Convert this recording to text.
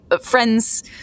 friends